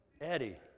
Eddie